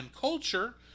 culture